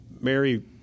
Mary